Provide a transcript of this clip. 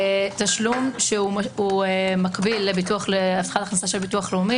תשלום שהוא מקביל להבטחת הכנסה של ביטוח לאומי.